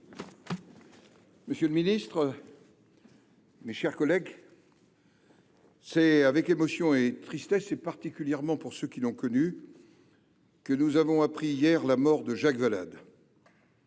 Monsieur le ministre délégué, mes chers collègues, c’est avec émotion et tristesse, particulièrement pour ceux qui l’ont connu, que nous avons appris hier la mort de Jacques Valade.